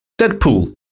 Deadpool